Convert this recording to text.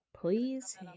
please